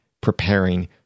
preparing